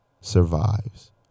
survives